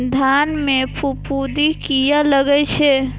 धान में फूफुंदी किया लगे छे?